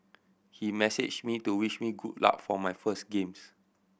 he messaged me to wish me good luck for my first games